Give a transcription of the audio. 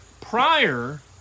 prior